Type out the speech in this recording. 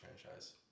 franchise